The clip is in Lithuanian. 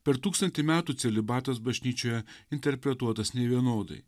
per tūkstantį metų celibatas bažnyčioje interpretuotas nevienodai